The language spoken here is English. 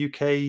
UK